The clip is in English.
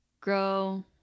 grow